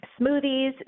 smoothies